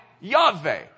Yahweh